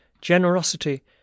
generosity